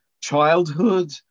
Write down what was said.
childhood